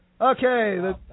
Okay